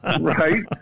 Right